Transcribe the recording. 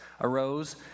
arose